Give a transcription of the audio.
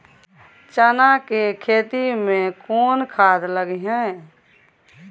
चना के खेती में कोन खाद लगे हैं?